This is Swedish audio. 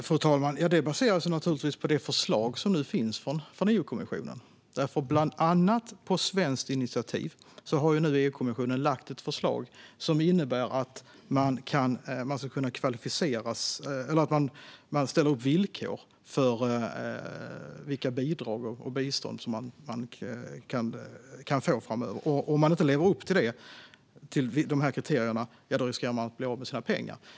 Fru ålderspresident! Det här baseras naturligtvis på det förslag som nu finns från EU-kommissionen. Bland annat på svenskt initiativ har nu EU-kommissionen lagt fram ett förslag som innebär att kriterier ställs upp för vilka bidrag och bistånd som man kan få framöver. Om man inte lever upp till de kriterierna riskerar man att bli av med sina pengar.